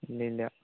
ഇല്ല ഇല്ല